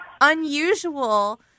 unusual